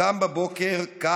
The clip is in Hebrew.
/ הוא קם בבוקר קיץ,